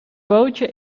bootje